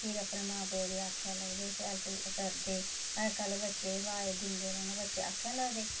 फिर अपने मां प्यो दे आक्खा लगदे हे शैल पूजा करदे अज्जकल दे बच्चे गी अवाज दिंदे रौहना अज्जकल दे बच्चे आक्खे नेईं लगदे